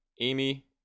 Amy